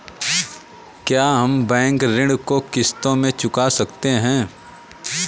क्या हम बैंक ऋण को किश्तों में चुका सकते हैं?